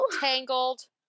tangled